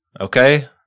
okay